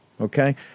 Okay